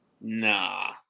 nah